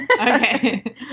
Okay